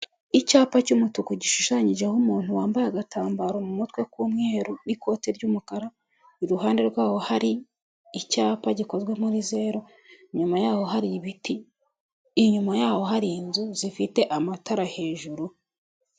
Icyapa cy'umutuku gishushanyijeho umuntu wambaye agatambaro mu mutwe k'umweru nikote ry'umukara, iruhande rwawo hari icyapa gikozwe muri zeru, nyuma yaho hari ibiti inyuma yaho hari inzu zifite amatara hejuru.